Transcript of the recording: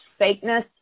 fakeness